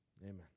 Amen